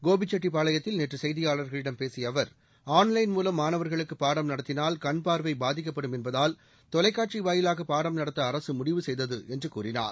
கோபிசெட்டிப்பாளையத்தில் நேற்று செய்தியாளர்களிடம் பேசிய அவர் ஆன்லைன் மூலம் மாணவர்களுக்கு பாடம் நடத்தினால் கண்பார்வை பாதிக்கப்படும் என்பதால் தொலைக்காட்சி வாயிலாக பாடம் நடத்த அரசு முடிவு செய்தது என்று கூறினார்